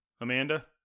Amanda